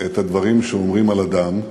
את הדברים שאומרים על אדם,